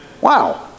Wow